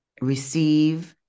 receive